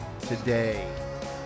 Today